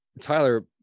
Tyler